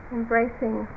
embracing